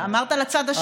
אמרת לצד השני.